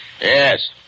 Yes